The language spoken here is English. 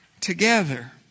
together